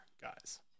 guys